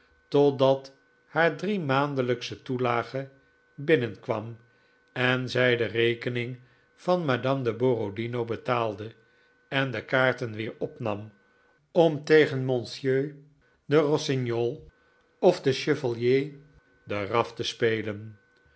totdat haar driemaandelijksche toelage binnenkwam en zij de rekening van madame de borodino betaalde en de kaarten weer opnam om tegen monsieur de rossignol of den chevalier de raff te spelen